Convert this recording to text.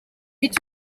iki